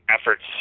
efforts